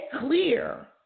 clear